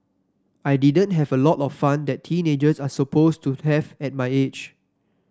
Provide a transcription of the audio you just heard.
I didn't have a lot of fun that teenagers are supposed to have at my age